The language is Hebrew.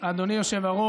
תודה רבה, אדוני היושב-ראש.